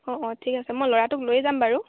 অঁ অঁ ঠিক আছে মই ল'ৰাটোক লৈ যাম বাৰু